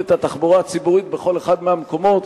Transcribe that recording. את התחבורה הציבורית בכל אחד מהמקומות,